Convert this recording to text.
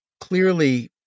clearly